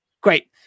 Great